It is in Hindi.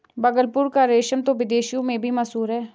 भागलपुर का रेशम तो विदेशों में भी मशहूर है